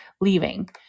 leaving